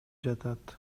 жатат